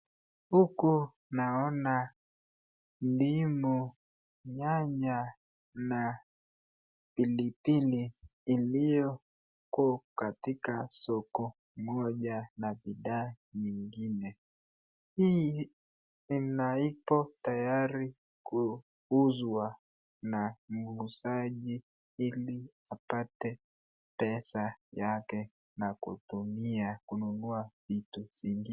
Huku naona ndimu, nyanya na pilipili iliyoko katika soko moja na bidhaa nyingine. Hii iko tayari kuuzwa na muuzaji ili apate pesa yake na kutumia kununua vitu zingine.